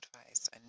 advice